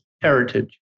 heritage